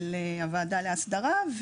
לוועדה לאסדרה.